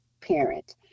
parent